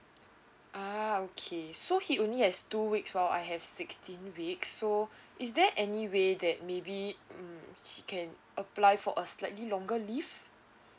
a'ah okay so he only has two weeks while I have sixteen weeks so is there any way that maybe mm he can apply for a slightly longer leave